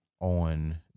on